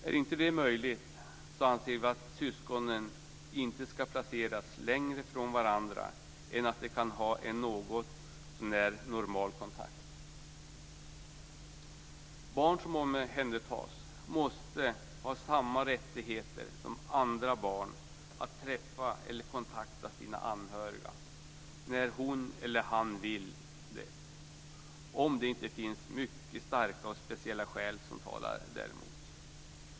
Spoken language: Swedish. Om det inte är möjligt ska syskonen, anser vi, inte placeras längre från varandra än att de kan ha någotsånär normal kontakt. Ett barn som omhändertas måste ha samma rättigheter som andra barn när det gäller att träffa eller kontakta sina anhöriga när hon eller han vill det, såvida det inte finns mycket starka och speciella skäl som talar däremot.